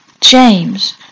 James